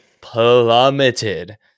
plummeted